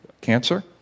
cancer